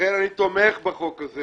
אני תומך בחוק הזה